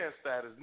status